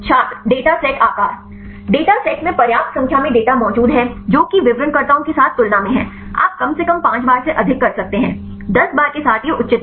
छात्र data set आकार data set में पर्याप्त संख्या में डेटा मौजूद हैं जो कि विवरणकर्ताओं के साथ तुलना में हैं आप कम से कम 5 बार से अधिक कर सकते हैं 10 बार के साथ यह उचित है